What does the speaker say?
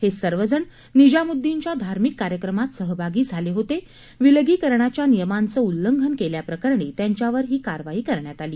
हे सर्वजण निजामुद्दीनच्या धार्मिक कार्यक्रमात सहभागी झाले होते विलगीकरणाच्या नियमांचं उल्लंघन केल्याप्रकरणी त्यांच्यावर ही कारवाई करण्यात आली